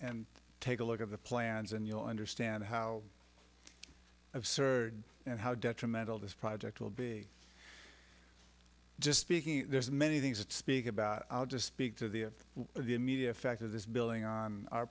and take a look at the plans and you'll understand how absurd and how detrimental this project will be just speaking there's many things to speak about i'll just speak to the immediate effect of this building on our